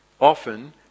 often